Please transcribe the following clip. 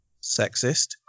Sexist